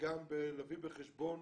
וגם להביא בחשבון,